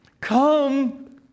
come